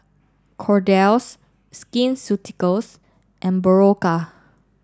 Kordel's Skin Ceuticals and Berocca